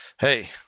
Hey